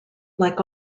like